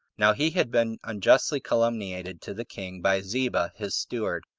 now he had been unjustly calumniated to the king by ziba, his steward.